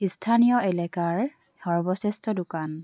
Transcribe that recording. স্থানীয় এলেকাৰ সৰ্বশ্ৰেষ্ঠ দোকান